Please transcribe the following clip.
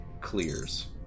clears